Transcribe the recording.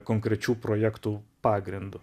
konkrečių projektų pagrindu